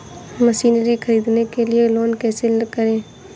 Machinery ख़रीदने के लिए लोन कैसे करें?